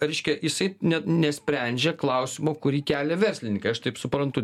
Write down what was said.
reiškia jisai net nesprendžia klausimo kurį kelia verslininkai aš taip suprantu